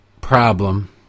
problem